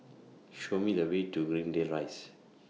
Show Me The Way to Greendale Rise